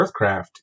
earthcraft